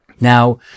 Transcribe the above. Now